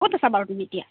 ক'ত আছা বাৰু তুমি এতিয়া